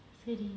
சரி:sari